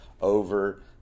over